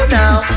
now